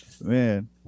Man